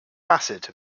bassett